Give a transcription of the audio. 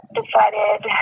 decided